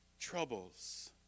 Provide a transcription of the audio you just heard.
troubles